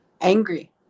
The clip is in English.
angry